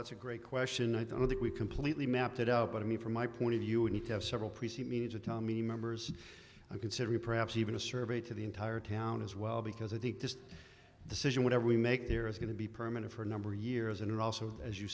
that's a great question i don't know that we completely mapped it out but i mean from my point of view we need to have several precinct manager tommy members considering perhaps even a survey to the entire town as well because i think this decision whatever we make here is going to be permanent for a number of years and also as you